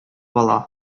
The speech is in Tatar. ала